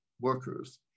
workers